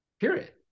period